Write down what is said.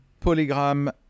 Polygram